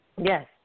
Yes